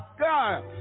God